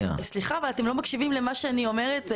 סליחה, אבל אתם לא מקשיבים למה שאני אומרת.